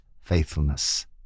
faithfulness